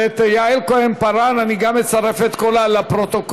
ואת יעל כהן-פארן, אני גם מצרף את קולה לפרוטוקול.